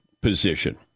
position